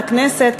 לכנסת,